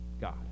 God